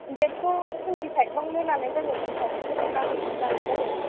बेखौ टुवेन्टि फाइभआवनो लानाय जाबायमोन सार टुवेन्टि फाइभ आगस्ट'आवनो लानाय जाबायमोन